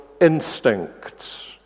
instincts